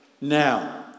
now